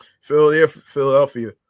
Philadelphia